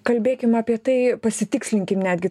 kalbėkim apie tai pasitikslinkim netgi